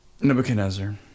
Nebuchadnezzar